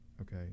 Okay